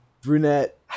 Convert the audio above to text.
brunette